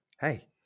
hey